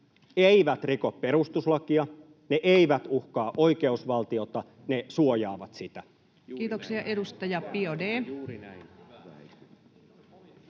koputtaa] ne eivät uhkaa oikeusvaltiota, ne suojaavat sitä. Kiitoksia. — Edustaja Biaudet.